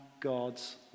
God's